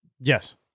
Yes